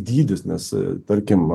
dydis nes tarkim